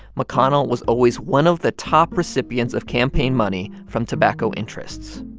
mcconnell was always one of the top recipients of campaign money from tobacco interests.